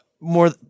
more